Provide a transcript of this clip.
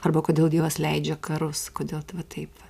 arba kodėl dievas leidžia karus kodėl tai va taip va